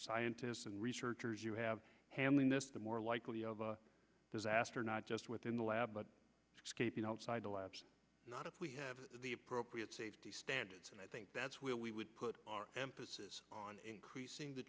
scientists and researchers you have handling this the more likely of a disaster not just within the lab but the labs not if we have the appropriate safety standards and i think that's where we would put our emphasis on increasing the